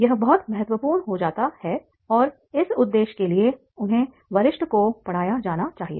यह बहुत महत्वपूर्ण हो जाता है और इस उद्देश्य के लिए उन्हें वरिष्ठ को पढ़ाया जाना चाहिए